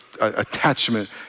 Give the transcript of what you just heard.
attachment